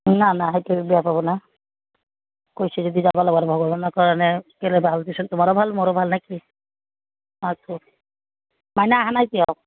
না না সেইটোৱে বেয়া পাব না কৈছে যদি যাব লাগিব আৰু ভগৱানৰ কাৰণে কেলে তোমাৰো ভাল মোৰো ভাল নেকি আছো মাইনা আহা নাই এতিয়াও